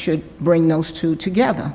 should bring those two together